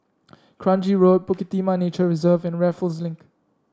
Kranji Road Bukit Timah Nature Reserve and Raffles Link